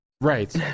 right